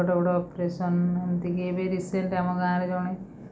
ବଡ଼ ବଡ଼ ଅପରେସନ ଏମିତିକି ଏବେ ରିସେଣ୍ଟ ଆମ ଗାଁରେ ଜଣେ